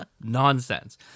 Nonsense